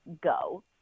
go